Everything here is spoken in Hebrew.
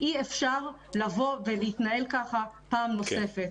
אי-אפשר לבוא ולהתנהל ככה פעם נוספת.